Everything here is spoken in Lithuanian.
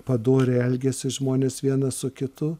padoriai elgiasi žmonės vienas su kitu